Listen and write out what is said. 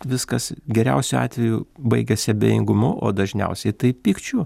viskas geriausiu atveju baigiasi abejingumu o dažniausiai tai pykčiu